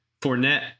fournette